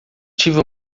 tive